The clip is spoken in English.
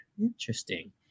Interesting